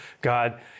God